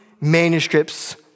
manuscripts